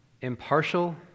impartial